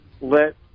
let